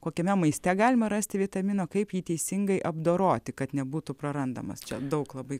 kokiame maiste galima rasti vitamino kaip jį teisingai apdoroti kad nebūtų prarandamas čia daug labai